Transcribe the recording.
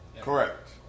Correct